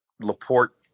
laporte